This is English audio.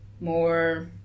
more